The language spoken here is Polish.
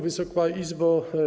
Wysoka Izbo!